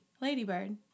Ladybird